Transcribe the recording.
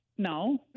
No